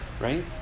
right